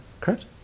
Correct